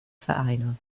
vereine